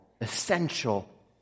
essential